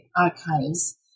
archives